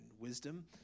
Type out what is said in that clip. wisdom